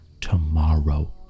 tomorrow